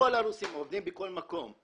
כל הרוסים עובדים בכל מקום.